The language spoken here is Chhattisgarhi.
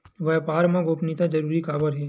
व्यापार मा गोपनीयता जरूरी काबर हे?